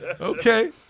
Okay